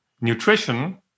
nutrition